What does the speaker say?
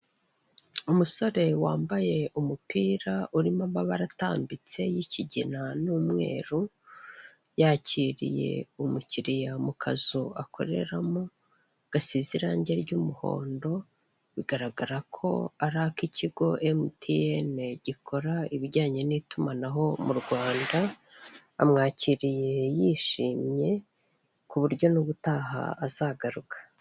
Umusore wambaye umupira urimo amabara atambitse y'ikigina n'umweru, yakiriye umukiriya mu kazu akoreramo gasize irangi ry'umuhondo, bigaragara ko ari ak'ikigo cya mtn, gikora ibijyanye n'itumanaho mu Rwanda. Amwakiriye yishimye kuburyo n'ubutaha azagaruka.